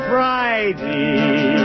Friday